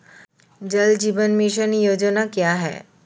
जल जीवन मिशन योजना क्या है?